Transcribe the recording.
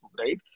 right